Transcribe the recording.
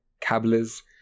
cables